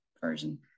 version